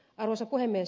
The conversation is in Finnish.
arvoisa puhemies